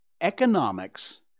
economics